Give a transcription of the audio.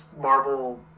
marvel